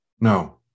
No